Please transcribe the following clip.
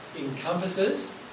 encompasses